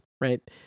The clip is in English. right